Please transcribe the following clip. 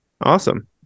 Awesome